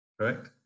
Correct